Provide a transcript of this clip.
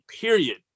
period